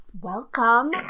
Welcome